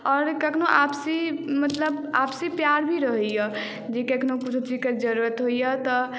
आओर कखनो आपसी मतलब आपसी प्यार भी रहैए जे कखनो किछो चीजके जरूरत होइए तऽ